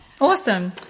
Awesome